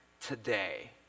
today